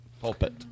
Pulpit